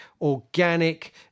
organic